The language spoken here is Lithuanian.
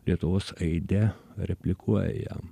lietuvos aide replikuoja jam